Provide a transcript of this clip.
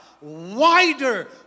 wider